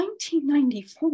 1994